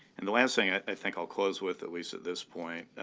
and the last thing i think i'll close with, at least at this point,